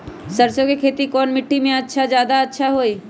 सरसो के खेती कौन मिट्टी मे अच्छा मे जादा अच्छा होइ?